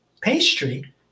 pastry